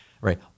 right